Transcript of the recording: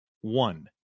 one